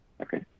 Okay